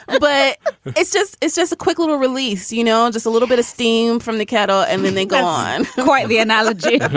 but it's just it's just a quick little release you know, i'm just a little bit of steam from the kettle and then they go on quite the analogy.